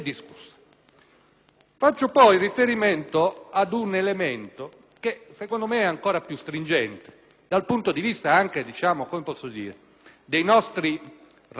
Faccio poi riferimento ad un elemento che, secondo me, è ancora più stringente dal punto di vista anche dei nostri rapporti